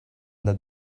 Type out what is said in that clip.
that